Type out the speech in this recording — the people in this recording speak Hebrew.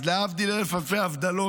אז להבדיל אלף אלפי הבדלות,